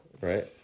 Right